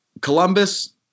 Columbus